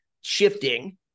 shifting